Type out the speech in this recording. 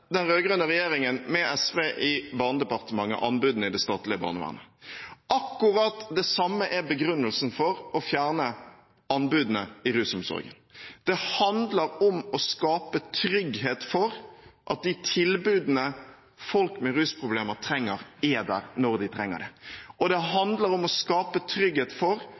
den rød-grønne regjeringen – med SV i Barnedepartementet – anbudene i det statlige barnevernet. Akkurat det samme er begrunnelsen for å fjerne anbudene i rusomsorgen. Det handler om å skape trygghet for at de tilbudene som folk med rusproblemer trenger, er der når de trenger det, og det handler om å skape trygghet for